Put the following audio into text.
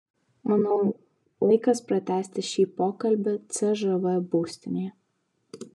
manau laikas pratęsti šį pokalbį cžv būstinėje